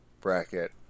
bracket